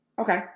Okay